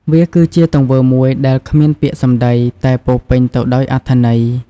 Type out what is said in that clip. វាគឺជាទង្វើមួយដែលគ្មានពាក្យសំដី តែពោរពេញទៅដោយអត្ថន័យ។